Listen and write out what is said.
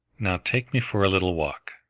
now take me for a little walk.